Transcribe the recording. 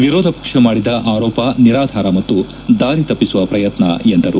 ವಿರೋಧ ಪಕ್ಷ ಮಾಡಿದ ಆರೋಪ ನಿರಾಧಾರ ಮತ್ತು ದಾರಿ ತಪ್ಪಿಸುವ ಪ್ರಯತ್ನ ಎಂದರು